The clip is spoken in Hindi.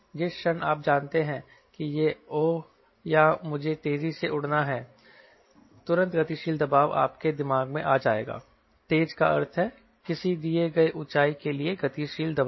जिस क्षण आप जानते हैं कि ओह हां यहां मुझे तेजी से उड़ना है तुरंत गतिशील दबाव आपके दिमाग में आ जाएगा तेज का अर्थ है किसी दिए गए ऊंचाई के लिए गतिशील दबाव